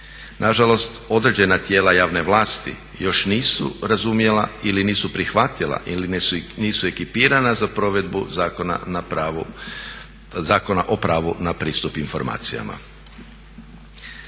Nažalost, određena tijela javne vlasti još nisu razumjela ili nisu prihvatila ili nisu ekipirana za provedbu Zakona o pravu na pristup informacijama.